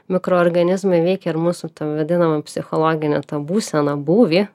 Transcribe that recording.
mikroorganizmai veikia ir mūsų tam vadinamam psichologine būseną būvį